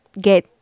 get